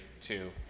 two